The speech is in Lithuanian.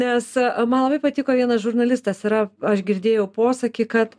nes man labai patiko vienas žurnalistas yra aš girdėjau posakį kad